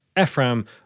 Ephraim